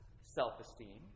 self-esteem